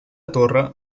torre